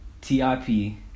T-I-P